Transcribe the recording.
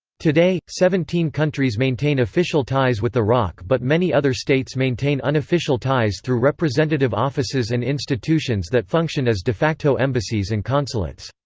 today, seventeen countries maintain official ties with the roc but many other states maintain unofficial ties through representative offices and institutions that function as de facto embassies and consulates.